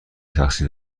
شخصی